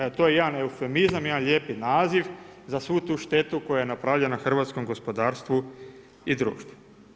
Evo to je jedan eufemizam, jedan lijepi naziv za svu tu štetu koja je napravljena hrvatskom gospodarstvu i društvu.